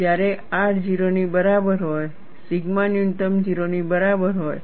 જ્યારે R 0 ની બરાબર હોય સિગ્મા ન્યૂનતમ 0 ની બરાબર હોય